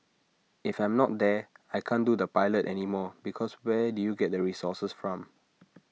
if I'm not there I can't do the pilot anymore because where do you get the resources from